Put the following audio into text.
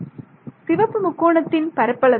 மாணவர் சிவப்பு முக்கோணத்தின் பரப்பளவு